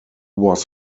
was